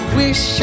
wish